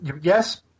Yes